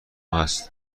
هست